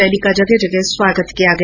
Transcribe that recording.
rally का जगह जगह स्वागत किया गया